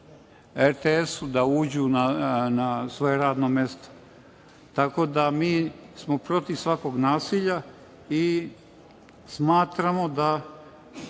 RTS uđu na svoje radno mesto. Tako da smo protiv svakog naselja i smatramo da